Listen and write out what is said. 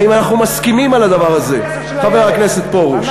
האם אנחנו מסכימים על הדבר הזה, חבר הכנסת פרוש?